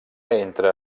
entre